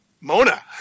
Mona